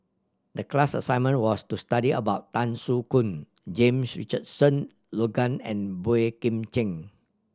the class assignment was to study about Tan Soo Khoon James Richardson Logan and Boey Kim Cheng